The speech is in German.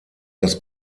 das